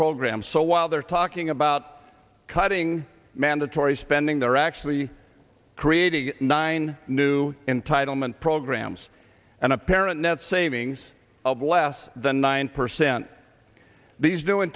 programs so while they're talking about cutting mandatory spending they're actually creating nine new entitlement programs an apparent net savings of less than nine percent these do